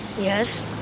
Yes